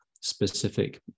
specific